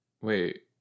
wait